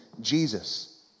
Jesus